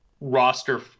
roster